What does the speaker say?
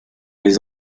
les